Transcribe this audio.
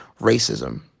racism